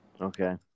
Okay